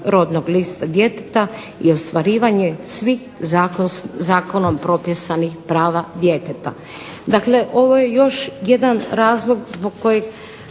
rodnog lista djeteta i ostvarivanje svih zakonom propisanih prava djeteta. Dakle, ovo je još jedan razlog zbog kojeg